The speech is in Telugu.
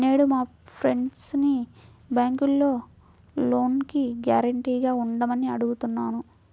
నేను మా ఫ్రెండ్సుని బ్యేంకులో లోనుకి గ్యారంటీగా ఉండమని అడుగుతున్నాను